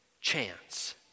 chance